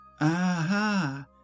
Aha